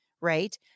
right